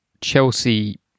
Chelsea